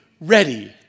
ready